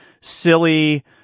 silly